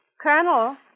Colonel